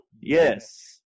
Yes